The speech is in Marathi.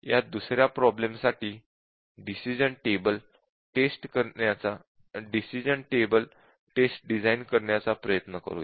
आपण या दुसर्या प्रॉब्लेम साठी डिसिश़न टेबल टेस्ट डिझाइन करण्याचा प्रयत्न करूया